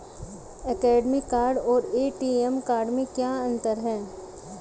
Credit card और ATM card में क्या अंतर है?